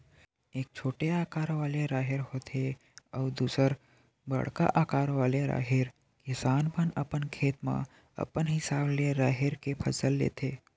एक छोटे अकार वाले राहेर होथे अउ दूसर बड़का अकार वाले राहेर, किसान मन अपन खेत म अपन हिसाब ले राहेर के फसल लेथे